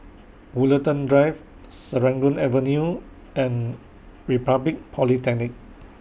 Woollerton Drive Serangoon Avenue and Republic Polytechnic